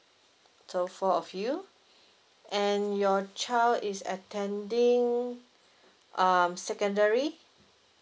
so four of you and your child is attending um secondary